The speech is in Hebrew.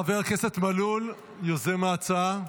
חבר הכנסת מלול, יוזם ההצעה,